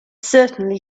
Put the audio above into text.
certainly